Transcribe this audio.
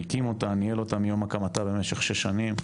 שהקים אותה, ניהל אותה מיום הקמתה במשך שש שנים,